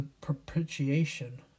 propitiation